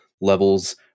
levels